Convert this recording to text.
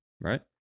right